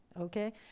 okay